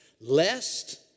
lest